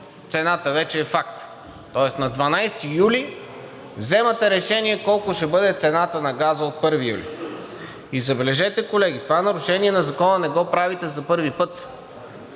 цената вече е факт?! Тоест на 12 юли вземате решение колко ще бъде цената на газа от 1 юли. И забележете, колеги, това нарушение на закона не го правите за първи път.